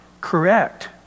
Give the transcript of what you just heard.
correct